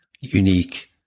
unique